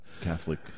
Catholic